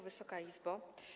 Wysoka Izbo!